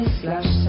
slash